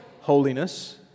holiness